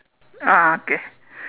ah okay